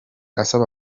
asaba